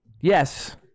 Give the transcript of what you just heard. Yes